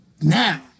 now